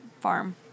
farm